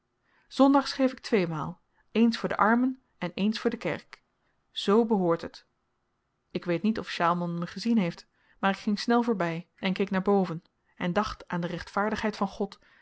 zondags geef ik tweemaal eens voor de armen en eens voor de kerk z behoort het ik weet niet of sjaalman me gezien heeft maar ik ging snel voorby en keek naar boven en dacht aan de rechtvaardigheid van god